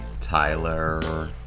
Tyler